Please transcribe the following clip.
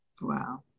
wow